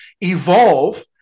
evolve